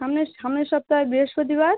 সামনের সামনের সপ্তাহে বৃহস্পতিবার